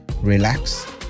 relax